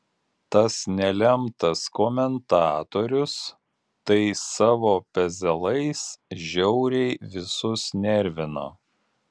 tas nelemtas komentatorius tai savo pezalais žiauriai visus nervino